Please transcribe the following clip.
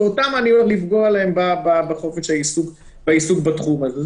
ובהם הולכים לפגוע בחופש העיסוק בתחום הזה.